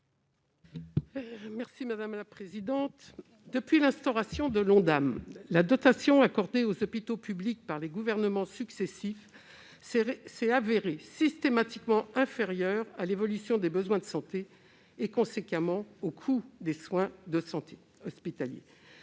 Mme Raymonde Poncet Monge. Depuis l'instauration de l'Ondam, la dotation accordée aux hôpitaux publics par les gouvernements successifs a systématiquement été inférieure à l'évolution des besoins de santé et, conséquemment, au coût des soins hospitaliers.